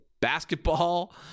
basketball